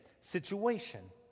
situation